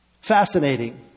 Fascinating